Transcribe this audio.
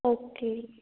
okay